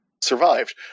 survived